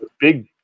big